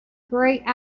great